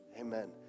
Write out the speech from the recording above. Amen